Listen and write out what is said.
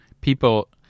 people